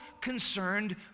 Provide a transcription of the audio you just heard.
concerned